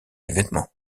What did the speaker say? évènement